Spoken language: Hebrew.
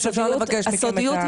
או שצריך לבקש --- הסודיות,